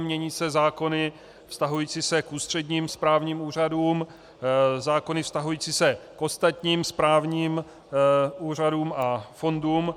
Mění se zákony vztahující se k ústředním správním úřadům, zákony vztahující se k ostatním správní úřadům a fondům.